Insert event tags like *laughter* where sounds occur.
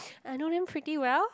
*breath* I know them pretty well